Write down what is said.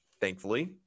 thankfully